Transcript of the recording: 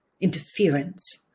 interference